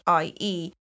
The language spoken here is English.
IE